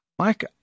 Mike